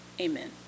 Amen